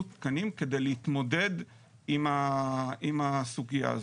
תקנים כדי להתמודד עם הסוגיה הזאת.